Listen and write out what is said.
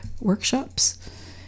workshops